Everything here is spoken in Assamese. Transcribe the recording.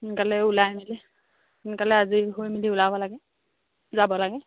সোনকালে ওলাই মেলি সোনকালে আজি হৈ মেলি ওলাব লাগে যাব লাগে